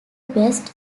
best